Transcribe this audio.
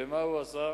ומה הוא עשה?